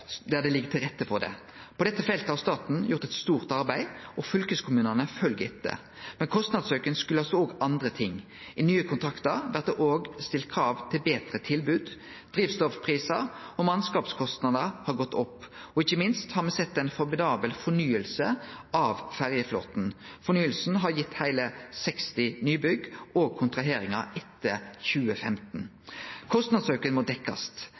der det ligg til rette for det. På dette feltet har staten gjort eit stort arbeid, og fylkeskommunane følgjer etter. Men kostnadsauken kjem òg av andre ting. I nye kontraktar blir det òg stilt krav til betre tilbod. Drivstoffprisar og mannskapskostnader har gått opp, og ikkje minst har me sett ei formidabel fornying av ferjeflåten. Fornyinga har gitt heile 60 nybygg og kontraheringar etter 2015. Kostnadsauken må